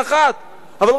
אבל ראש הממשלה שלך,